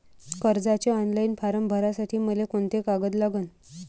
कर्जाचे online form भरासाठी मले कोंते कागद लागन?